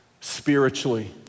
spiritually